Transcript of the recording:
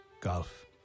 golf